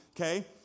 okay